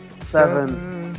Seven